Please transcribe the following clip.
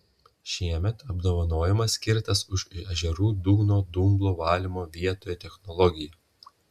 šiemet apdovanojimas skirtas už ežerų dugno dumblo valymo vietoje technologiją